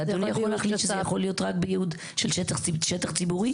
שטח ציבורי?